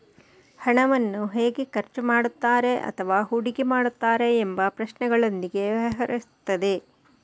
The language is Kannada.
ಹಣವನ್ನು ಹೇಗೆ ಖರ್ಚು ಮಾಡುತ್ತಾರೆ ಅಥವಾ ಹೂಡಿಕೆ ಮಾಡುತ್ತಾರೆ ಎಂಬ ಪ್ರಶ್ನೆಗಳೊಂದಿಗೆ ವ್ಯವಹರಿಸುತ್ತದೆ